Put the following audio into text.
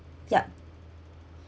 yup